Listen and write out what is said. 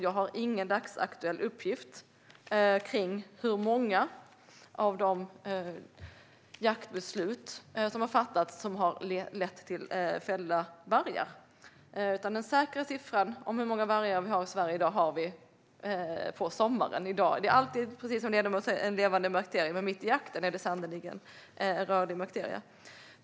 Jag har ingen dagsaktuell uppgift om hur många av de jaktbeslut som har fattats som har lett till fällda vargar. Den säkra siffran på antalet vargar i Sverige har vi på sommaren. Precis som ledamoten säger handlar det om levande materia, och mitt i jakten är det sannerligen en rörlig materia.